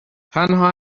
تنها